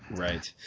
right.